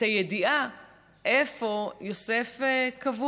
את הידיעה איפה קבור יוסף.